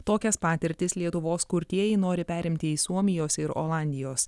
tokias patirtis lietuvos kurtieji nori perimti į suomijos ir olandijos